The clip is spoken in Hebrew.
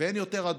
ואין יותר הדבקה,